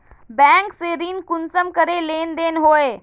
Bank से ऋण कुंसम करे लेन देन होए?